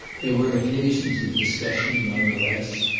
they were occasions of discussion, none the less,